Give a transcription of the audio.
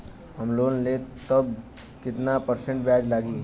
हम लोन लेब त कितना परसेंट ब्याज लागी?